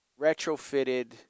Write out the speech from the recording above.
retrofitted